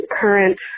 current